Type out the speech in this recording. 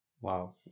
Wow